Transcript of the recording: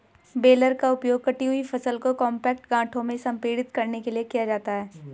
baler का उपयोग कटी हुई फसल को कॉम्पैक्ट गांठों में संपीड़ित करने के लिए किया जाता है